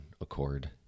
accord